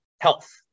health